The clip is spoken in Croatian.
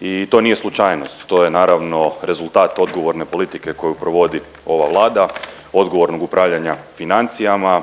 i to nije slučajnost. To je naravno rezultat odgovorne politike koju provodi ova Vlada, odgovornog upravljanja financijama,